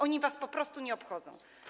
Oni was po prostu nie obchodzą.